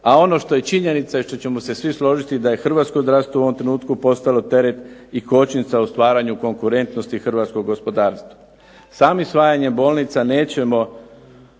a ono što je činjenica i što ćemo se svi složiti da je hrvatsko zdravstvo u ovom trenutku postalo teret i kočnica u stvaranju konkurentnosti hrvatskog gospodarstva. Samim ... bolnica nećemo